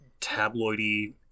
tabloidy